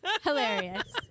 Hilarious